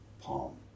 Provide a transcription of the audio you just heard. palm